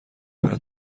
برات